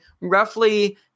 roughly